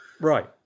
Right